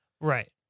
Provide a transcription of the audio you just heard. Right